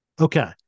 Okay